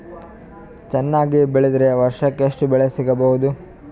ಚೆನ್ನಾಗಿ ಬೆಳೆದ್ರೆ ವರ್ಷಕ ಎಷ್ಟು ಬೆಳೆ ಸಿಗಬಹುದು?